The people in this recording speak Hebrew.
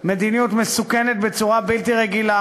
מדיניות מסוכנת בצורה בלתי רגילה.